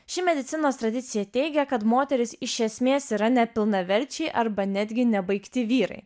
ši medicinos tradicija teigia kad moterys iš esmės yra nepilnaverčiai arba netgi nebaigti vyrai